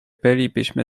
bylibyśmy